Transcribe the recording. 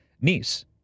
niece